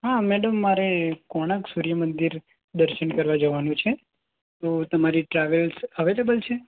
હા મેડમ મારે કોણાર્ક સૂર્યમંદિર દર્શન કરવા જવાનું છે તો તમારી ટ્રાવેલ્સ અવેલેબલ છે